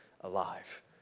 alive